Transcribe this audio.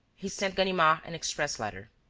he sent ganimard an express letter